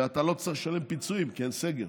ואתה לא צריך לשלם פיצויים, כי אין סגר.